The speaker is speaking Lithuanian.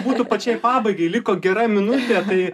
būtų pačiai pabaigai liko gera minutė tai